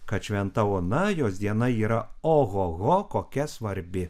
kad šventa ona jos diena yra oho kokia svarbi